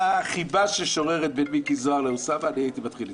החיבה ששוררת בין מיקי זוהר לאוסאמה אני הייתי מתחיל לדאוג.